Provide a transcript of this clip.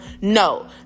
No